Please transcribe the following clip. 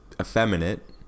effeminate